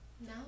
No